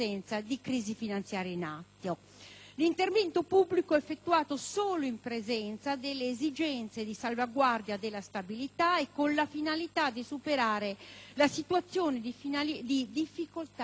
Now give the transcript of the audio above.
L'intervento pubblico è effettuato solo in presenza delle esigenze di salvaguardia della stabilità e con la finalità di superare la situazione di difficoltà della banca ricapitalizzata.